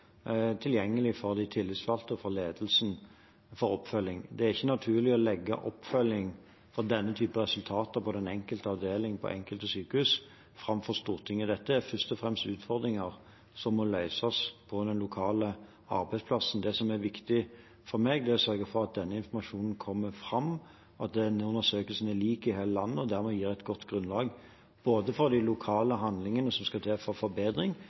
tilgjengelig for de tillitsvalgte og for ledelsen for oppfølging. Det er ikke naturlig å legge fram for Stortinget oppfølging av denne typen resultater, på den enkelte avdeling, på det enkelte sykehus. Dette er først og fremst utfordringer som må løses på den lokale arbeidsplassen. Det som er viktig for meg, er å sørge for at denne informasjonen kommer fram, og at undersøkelsen er lik i hele landet, og dermed gir et godt grunnlag for de lokale handlingene som skal til for forbedring,